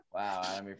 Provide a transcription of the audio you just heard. Wow